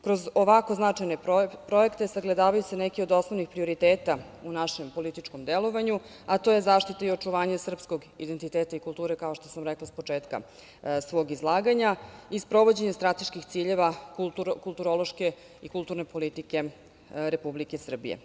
Kroz ovako značajne projekte sagledavaju se neki od osnovnih prioriteta u našem političkom delovanju, a to je zaštita i očuvanje srpskog identiteta i kulture, kao što sam rekla s početka svog izlaganja, i sprovođenje strateških ciljeva kulturološke i kulturne politike Republike Srbije.